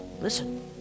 listen